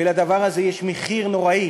לדבר הזה יש מחיר נוראי